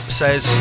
says